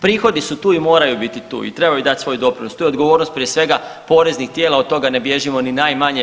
Prihodi su tu i moraju biti tu i trebaju dati svoj doprinos, to je odgovornost prije svega poreznih tijela od toga ne bježimo ni najmanje.